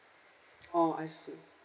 oh I see